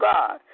God